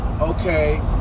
okay